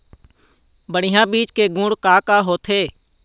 बढ़िया बीज के गुण का का होथे?